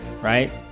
right